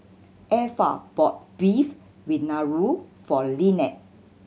Effa bought Beef Vindaloo for Lynette